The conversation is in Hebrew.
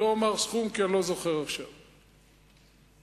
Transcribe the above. מדוע הממשלה שאתה חבר בה לא יכולה לשים סוף פסוק לפצע